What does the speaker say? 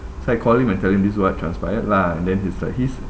so I call him and tell him this what transpired lah and then he's like he's